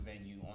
venue